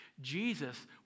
Jesus